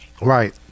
Right